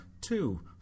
two